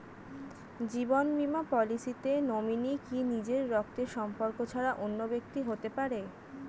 জীবন বীমা পলিসিতে নমিনি কি নিজের রক্তের সম্পর্ক ছাড়া অন্য ব্যক্তি হতে পারে?